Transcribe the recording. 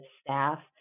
staff